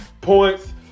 points